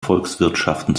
volkswirtschaften